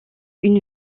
une